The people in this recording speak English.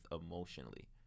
emotionally